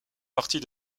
partis